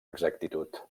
exactitud